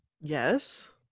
Yes